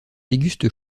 déguste